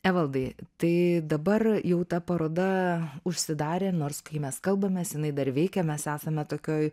evaldai tai dabar jau ta paroda užsidarė nors kai mes kalbamės jinai dar veikia mes esame tokioj